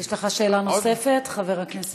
יש לך שאלה נוספת, חבר הכנסת ג'בארין?